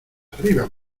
arriba